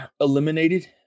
eliminated